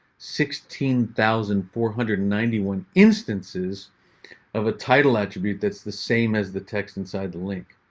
sixteen thousand four hundred and ninety one instances of a title attribute that's the same as the text inside the link.